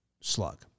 slug